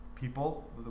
people